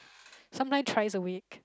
sometime thrice a week